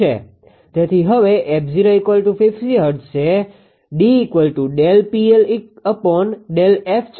તેથી હવે 𝑓050 હર્ટ્ઝ છે D 𝜕𝑃𝐿𝜕𝑓 છે